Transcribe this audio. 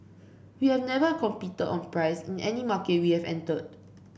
we have never competed on price in any market we have entered